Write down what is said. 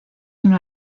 una